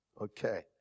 Okay